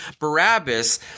Barabbas